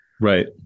Right